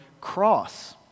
cross